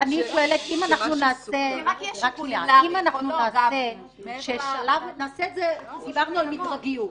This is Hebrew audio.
--- את לשון החוק --- דיברנו על מדרגיות.